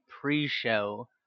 pre-show